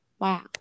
Wow